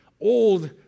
old